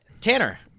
Tanner